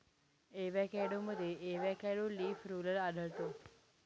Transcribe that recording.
एवोकॅडोमध्ये avocado leaf roller आढळतो